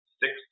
six